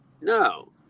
No